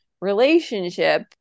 Relationship